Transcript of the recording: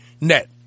net